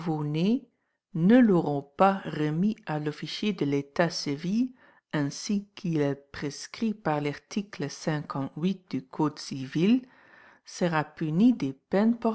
brandmerkten en de